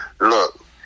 look